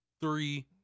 three